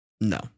no